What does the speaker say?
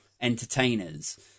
entertainers